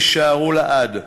יישארו לעד,